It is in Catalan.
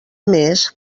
més